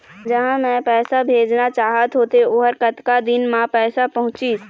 जहां मैं पैसा भेजना चाहत होथे ओहर कतका दिन मा पैसा पहुंचिस?